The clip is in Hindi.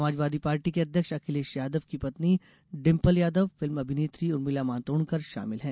समाजवादी पार्टी के अध्यक्ष अखिलेश यादव की पत्नी डिम्पल यादव फिल्म अभिनेत्री उर्मिला मातोंडकर शामिल हैं